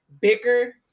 bicker